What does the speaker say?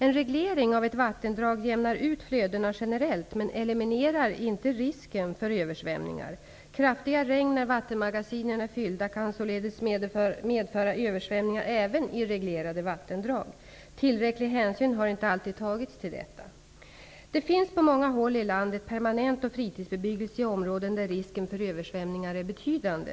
En reglering av ett vattendrag jämnar ut flödena generellt men eliminerar inte risken för översvämningar. Kraftiga regn när vattenmagasinen är fyllda kan således medföra översvämningar även i reglerade vattendrag. Tillräcklig hänsyn har inte alltid tagits till detta. Det finns på många håll i landet permanent och fritidsbebyggelse i områden där risken för översvämningar är betydande.